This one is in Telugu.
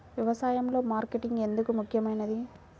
వ్యసాయంలో మార్కెటింగ్ ఎందుకు ముఖ్యమైనది?